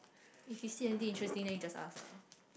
if you see until interesting then you just ask ah